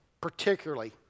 particularly